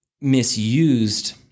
misused